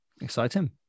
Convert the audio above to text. exciting